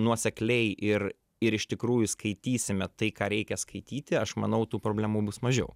nuosekliai ir ir iš tikrųjų skaitysime tai ką reikia skaityti aš manau tų problemų bus mažiau